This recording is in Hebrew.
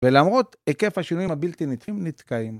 ולמרות היקף השינויים הבלתי לעיתים נתקעים.